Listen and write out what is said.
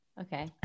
Okay